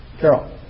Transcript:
Carol